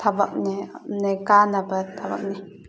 ꯊꯕꯛꯅꯤ ꯑꯗꯩ ꯀꯥꯅꯕ ꯊꯕꯛꯅꯤ